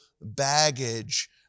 baggage